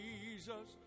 Jesus